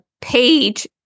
page